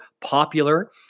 popular